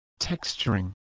texturing